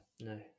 no